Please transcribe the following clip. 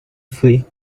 flee